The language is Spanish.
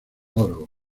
oro